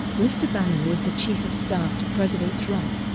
mr bannon was the chief of staff to president trump